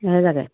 এহেজাৰকৈ